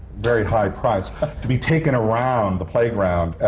very high price, to be taken around the playground,